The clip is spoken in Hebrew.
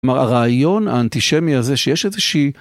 כלומר, הרעיון האנטישמי הזה שיש איזה שהיא...